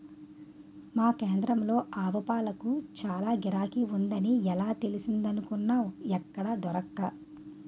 మా కేంద్రంలో ఆవుపాలకి చాల గిరాకీ ఉందని ఎలా తెలిసిందనుకున్నావ్ ఎక్కడా దొరక్క